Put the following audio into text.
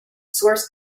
source